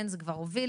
זה כבר הוביל